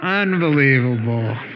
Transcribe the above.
Unbelievable